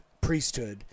priesthood